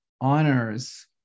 honors